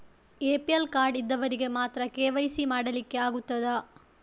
APL card ಇದ್ದವರಿಗೆ ಮಾತ್ರ KYC ಮಾಡಲಿಕ್ಕೆ ಆಗುತ್ತದಾ?